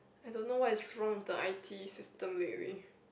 I don't know what is wrong with the I T system lately